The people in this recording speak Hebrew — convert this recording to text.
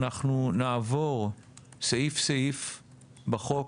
אנחנו נעבור סעיף סעיף בחוק.